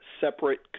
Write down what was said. separate